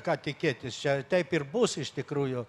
ką tikėtis čia taip ir bus iš tikrųjų